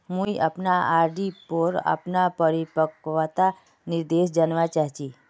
मुई अपना आर.डी पोर अपना परिपक्वता निर्देश जानवा चहची